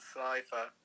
Sniper